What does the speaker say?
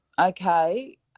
okay